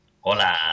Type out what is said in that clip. Hola